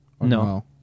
No